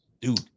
Dude